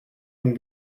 von